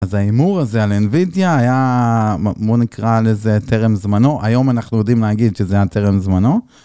אז ההימור הזה על ה-nvidia היה, בוא נקרא לזה טרם זמנו, היום אנחנו יודעים להגיד שזה היה טרם זמנו.